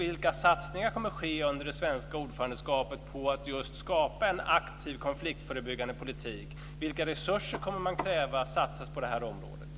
Vilka satsningar kommer att ske under det svenska ordförandeskapet på att just skapa en aktiv konfliktförebyggande politik? Vilka krav på resurser kommer man att ställa på det här området?